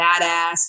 badass